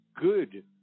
good